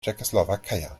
czechoslovakia